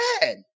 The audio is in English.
bad